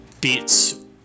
beats